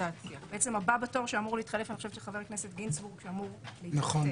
בעצם הבא בתור שאמור להתחלף זה חבר הכנסת גינזבורג שאמור להתפטר.